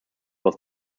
was